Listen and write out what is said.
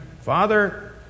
Father